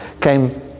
came